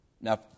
Now